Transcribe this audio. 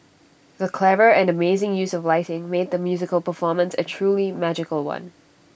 the clever and amazing use of lighting made the musical performance A truly magical one